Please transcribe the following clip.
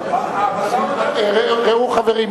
חברים,